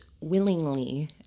willingly